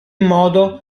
modo